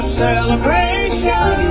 celebration